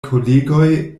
kolegoj